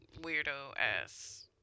weirdo-ass